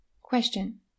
Question